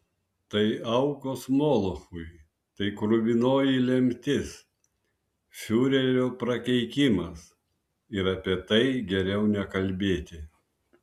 tai aukos molochui tai kruvinoji lemtis fiurerio prakeikimas ir apie tai geriau nekalbėti